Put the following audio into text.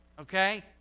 okay